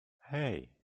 hey